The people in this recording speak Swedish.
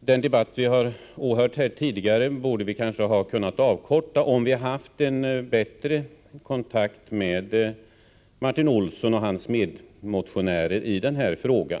Den debatt vi har åhört här tidigare borde kanske ha kunnat avkortas om vi hade haft en bättre kontakt med Martin Olsson och hans medmotionärer i denna fråga.